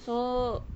so